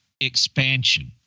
expansion